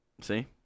See